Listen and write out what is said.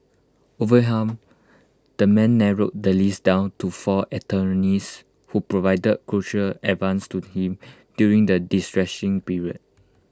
overwhelmed the man narrowed the list down to four attorneys who provided crucial advice to him during the distressing period